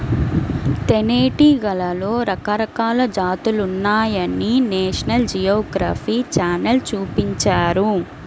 తేనెటీగలలో రకరకాల జాతులున్నాయని నేషనల్ జియోగ్రఫీ ఛానల్ చూపించారు